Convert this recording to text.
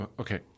Okay